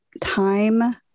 time